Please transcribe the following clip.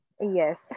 yes